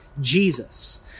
Jesus